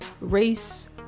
race